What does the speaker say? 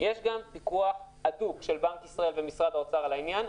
יש גם פיקוח הדוק של בנק ישראל ומשרד האוצר על העניין,